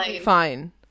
fine